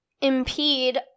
impede